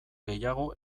gehiago